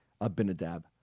Abinadab